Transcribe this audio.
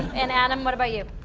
and adam, what about you?